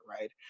right